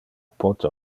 pote